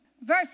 verse